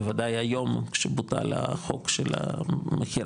בוודאי היום כשבוטל החוק של המכירה,